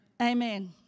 Amen